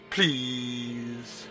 Please